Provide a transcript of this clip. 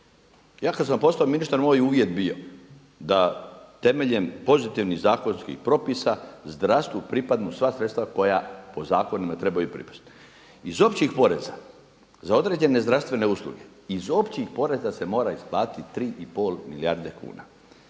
Ja kad sam postao ministar moj je uvjet bio da temeljem pozitivnih zakonskih propisa zdravstvu pripadnu sva sredstva koja po zakonima trebaju pripasti. Iz općih poreza za određene zdravstvene usluge iz općih poreza se mora isplatiti 3 i pol milijarde kuna.